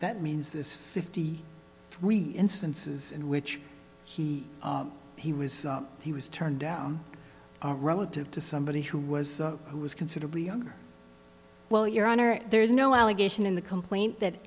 that means there's fifty three instances in which he he was he was turned down relative to somebody who was who was considerably younger well your honor there is no allegation in the complaint that